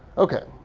ok,